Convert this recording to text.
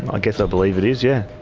i guess i believe it is, yeah.